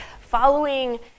following